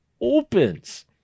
opens